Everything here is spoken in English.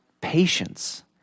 patience